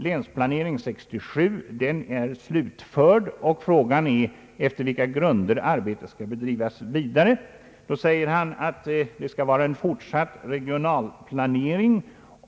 Länsplanering 1967 har slutförts, och frågan är efter vilka grunder arbetet skall bedrivas vidare. Så säger han att det skall vara en fortsatt regionalplanering.